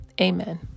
Amen